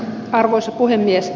arvoisa puhemies